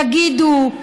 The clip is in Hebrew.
יגידו: